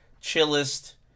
chillest